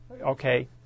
Okay